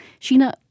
Sheena